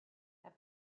herr